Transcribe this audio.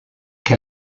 che